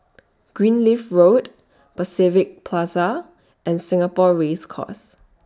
Greenleaf Road Pacific Plaza and Singapore Race Course